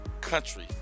country